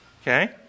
Okay